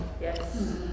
Yes